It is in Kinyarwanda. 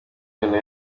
ibintu